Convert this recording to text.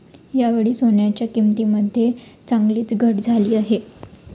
यावेळी सोन्याच्या किंमतीमध्ये चांगलीच घट झाली आहे